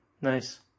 Nice